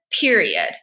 Period